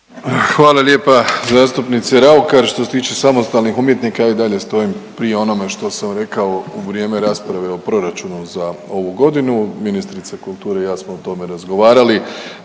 Hvala lijepa zastupnice Raukar. Što se tiče samostalnih umjetnika ja i dalje stojim pri onome što sam rekao u vrijeme rasprave o proračunu za ovu godinu. Ministrica kulture i ja smo o tome razgovarali.